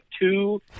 two